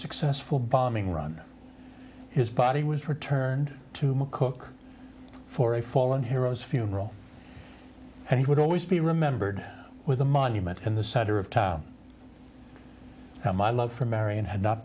successful bombing run his body was returned to mccook for a fallen heroes funeral and he would always be remembered with a monument in the center of my love for marian had not